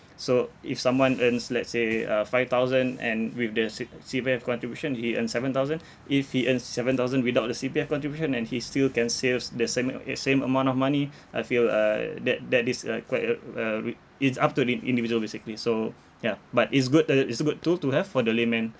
so if someone earns let's say uh five thousand and with their C~ C_P_F contribution he earns seven thousand if he earns seven thousand without the C_P_F contribution and he still can saves the same uh same amount of money I feel uh that that is a quite a a re~ it's up to the individual basically so ya but it's good that it's good tool to have for the layman